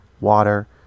water